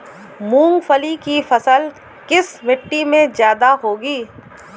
मूंगफली की फसल किस मिट्टी में ज्यादा होगी?